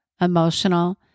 emotional